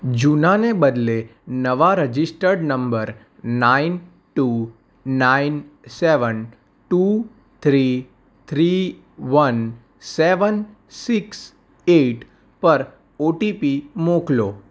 જૂનાને બદલે નવા registered number nine two nine seven two three three one seven six eight પર OTP મોકલો